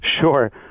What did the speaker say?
Sure